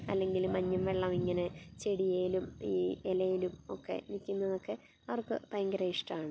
അല്ലെങ്കിൽ മഞ്ഞും വെള്ളം ഇങ്ങനെ ചെടിയേലും ഈ ഇലയിലും ഒക്കെ നിക്കുന്നതൊക്കെ അവർക്ക് ഭയങ്കര ഇഷ്ടമാണ്